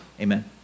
amen